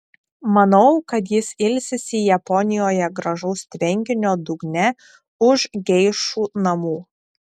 manau kad jis ilsisi japonijoje gražaus tvenkinio dugne už geišų namų